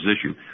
issue